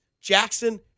Jackson